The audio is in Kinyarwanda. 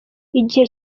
igihe